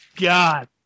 god